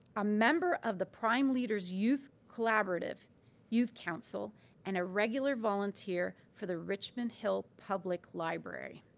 a member of the prime leaders youth collaborative youth council and a regular volunteer for the richmond hill public library.